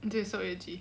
this is so edgy